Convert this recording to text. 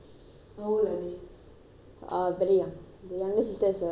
um very young younger sister is uh I think three or four years old